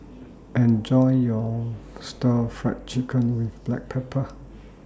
Enjoy your Stir Fry Chicken with Black Pepper